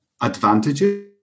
advantages